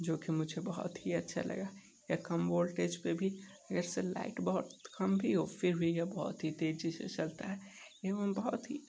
जो कि मुझे बहुत ही अच्छा लगा यह कम वोल्टेज पर भी जैसे लाइट बहुत कम भी हो फिर भी यह बहुत ही तेज़ी से चलता है एवं बहुत ही